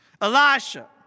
Elisha